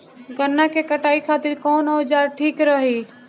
गन्ना के कटाई खातिर कवन औजार ठीक रही?